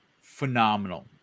phenomenal